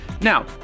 Now